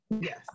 Yes